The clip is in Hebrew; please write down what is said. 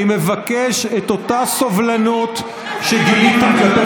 אני מבקש שאת אותה סובלנות שגיליתם כלפי